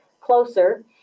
closer